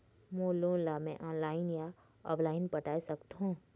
मोर loan ला मैं online या ऑफलाइन पटाए सकथों?